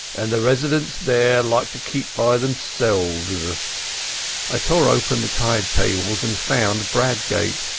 and the residents there like to keep by themselves a i tore open the tide tables and found bradgate.